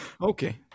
Okay